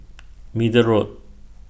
Middle Road